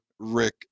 Rick